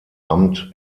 amt